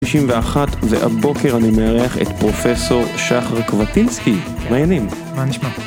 91, והבוקר אני מארח את פרופסור שחר קבטינסקי. מה העניינים? מה נשמע?